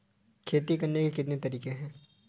खेती करने के कितने तरीके हैं?